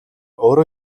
өөрөө